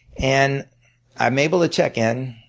and i'm able to check in.